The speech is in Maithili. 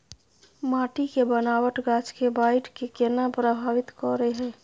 माटी के बनावट गाछ के बाइढ़ के केना प्रभावित करय हय?